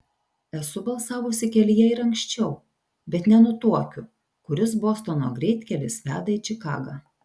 esu balsavusi kelyje ir anksčiau bet nenutuokiu kuris bostono greitkelis veda į čikagą